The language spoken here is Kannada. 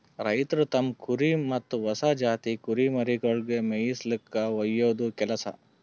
ರೈತ್ರು ತಮ್ಮ್ ಕುರಿ ಮತ್ತ್ ಹೊಸ ಜಾತಿ ಕುರಿಮರಿಗೊಳಿಗ್ ಮೇಯಿಸುಲ್ಕ ಒಯ್ಯದು ಕೆಲಸ